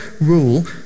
rule